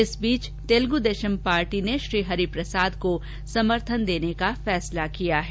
इस बीच तेलुगु देशम पार्टी ने श्री हरि प्रसाद को समर्थन देने का फैसला लिया है